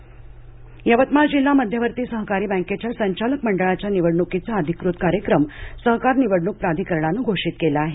मध्यवर्ती बँक निवडणक यवतमाळ जिल्हा मध्यवर्ती सहकारी बँकेच्या संचालक मंडळाच्या निवडणूकीचा अधिकृत कार्यक्रम सहकार निवडणुक प्राधिकरणाने घोषीत केला आहे